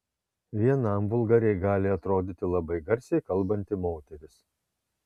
vienam vulgariai gali atrodyti labai garsiai kalbanti moteris